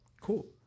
Cool